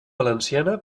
valenciana